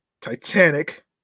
Titanic